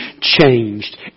changed